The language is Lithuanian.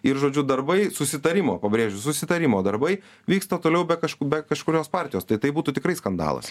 ir žodžiu darbai susitarimo pabrėžiu susitarimo darbai vyksta toliau be be kažkurios partijos tai tai būtų tikrai skandalas